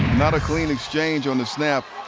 not a clean exchange on the snap.